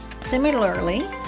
Similarly